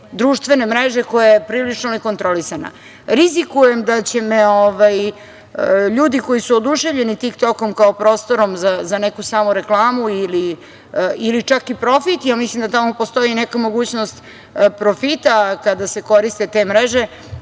društvene mreže koja je prilično nekontrolisana. Rizikujem da će me ljudi koji su oduševljeni „Tik-Tokom“ kao prostorom za neku samoreklamu ili čak i profit, ja mislim da tamo postoji i neka mogućnost profita kada se koriste te mreže,